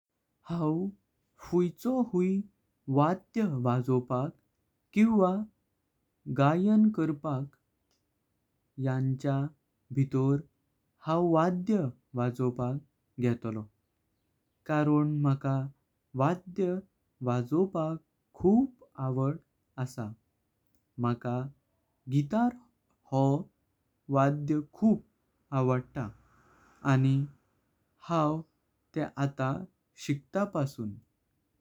हाव फुयचो हुई वाद्य वाजोपाक किवा गायन करपाक। यांच्या भितोरे हाव वाद्य वाजोंक घेतलो कारण मका वाद्य वाजोपाक खूब आवड। असा मका गिटार हो वाद्य खूब आवडता आनी हाव तेह एटीए शीकतां पासून।